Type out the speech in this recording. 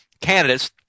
candidates